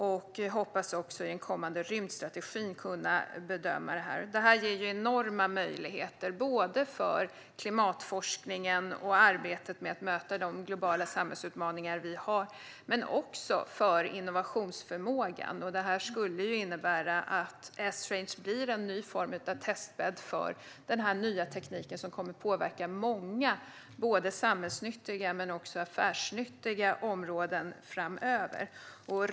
Vi hoppas också kunna bedöma det i den kommande rymdstrategin. Detta ger enorma möjligheter såväl för klimatforskningen och arbetet med att möta de globala samhällsutmaningar vi har som för innovationsförmågan. Detta skulle innebära att Esrange blir en ny form av testbädd för den nya tekniken, som kommer att påverka många både samhällsnyttiga och affärsnyttiga områden framöver.